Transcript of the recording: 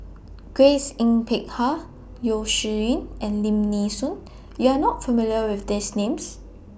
Grace Yin Peck Ha Yeo Shih Yun and Lim Nee Soon YOU Are not familiar with These Names